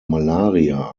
malaria